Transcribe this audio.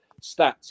stats